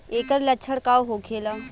ऐकर लक्षण का होखेला?